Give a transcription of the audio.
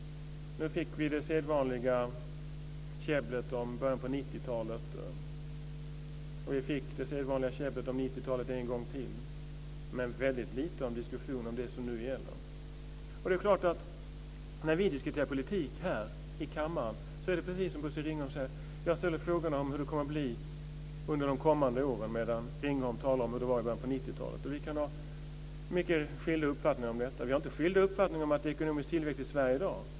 Nu fick vi det sedvanliga käbblet om början av 90 talet. Sedan fick vi det sedvanliga käbblet om 90-talet en gång till - men väldigt lite diskussion om det som nu gäller. När vi diskuterar politik här i kammaren är det precis som Bosse Ringholm säger: Jag ställer frågor om hur det kommer att bli under de kommande åren, medan Ringholm talar om hur det var i början av 90 talet. Vi kan ha mycket skilda uppfattningar om detta. Vi har inte skilda uppfattningar om att det är ekonomisk tillväxt i Sverige i dag.